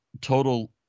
total